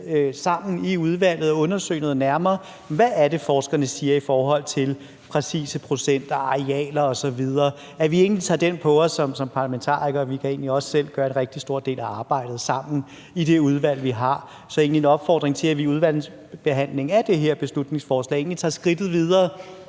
sammen i udvalget og undersøge noget nærmere, hvad det er, forskerne siger i forhold til præcise procenter og arealer osv., altså at vi tager den på os som parlamentarikere? Vi kan også selv gøre en rigtig stor del af arbejdet sammen i det udvalg, vi har. Så det er egentlig en opfordring til, at vi i udvalgsbehandlingen af det her beslutningsforslag tager skridtet videre,